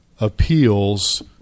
appeals